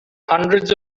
hundreds